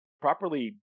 properly